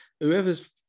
Whoever's